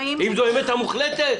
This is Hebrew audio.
האם זו האמת המוחלטת?